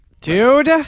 Dude